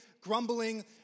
grumbling